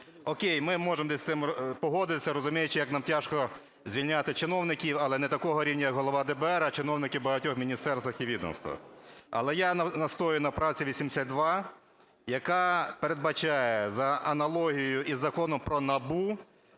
О'кей, ми можемо десь з цим погодитись, розуміючи, як нам тяжко звільняти чиновників, але не такого рівня, як голова ДБР, а чиновників в багатьох міністерствах і відомствах. Але я настоюю на правці 82, яка передбачає, за аналогією із Законом про НАБУ,